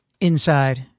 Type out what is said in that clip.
inside